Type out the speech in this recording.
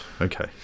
okay